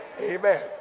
Amen